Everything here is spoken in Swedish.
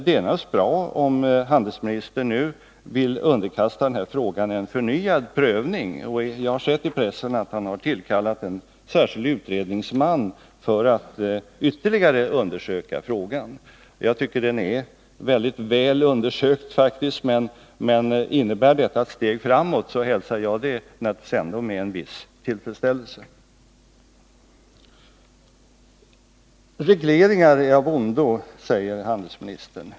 Det är naturligtvis bra om handelsmininistern nu vill underkasta den här frågan en förnyad prövning. I pressen har jag sett att han har tillkallat en särskild utredningsman för att ytterligare undersöka frågan. Jag tycker att den faktiskt är mycket väl undersökt. Men innebär denna prövning ett steg framåt, så hälsar jag den ändå med en viss tillfredsställelse. Regleringar är av ondo, säger handelsministern.